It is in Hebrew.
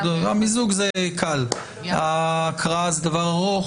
עו"ד רווה,